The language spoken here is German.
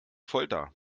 folter